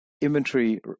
inventory